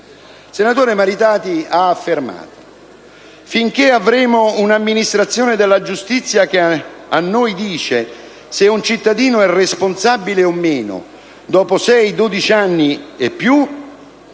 senatore Maritati ha affermato: finché avremo un'amministrazione della giustizia che decide se un cittadino è responsabile o meno dopo 6-12 anni e più,